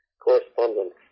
correspondence